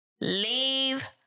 leave